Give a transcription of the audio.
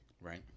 Right